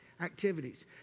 activities